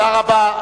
תודה רבה.